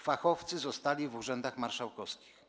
Fachowcy zostali w urzędach marszałkowskich.